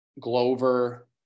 Glover